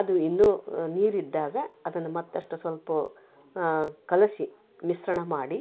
ಅದು ಇನ್ನು ನೀರಿದ್ದಾಗ ಅದನ್ನ ಮತ್ತಷ್ಟು ಸ್ವಲ್ಪ ಕಲಿಸಿ ಮಿಶ್ರಣ ಮಾಡಿ